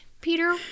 Peter